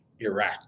Iraq